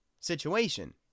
situation